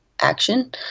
action